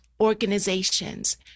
organizations